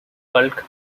bulk